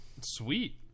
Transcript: Sweet